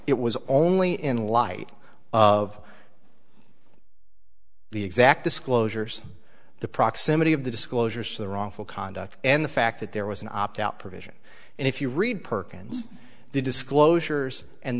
it was only in light of the exact disclosures the proximity of the disclosures the wrongful conduct and the fact that there was an opt out provision and if you read perkins the disclosures and